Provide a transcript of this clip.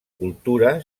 cultura